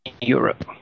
Europe